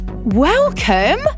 Welcome